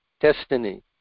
destiny